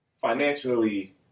financially